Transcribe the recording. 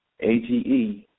AGE